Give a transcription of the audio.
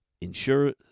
Ensure